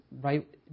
right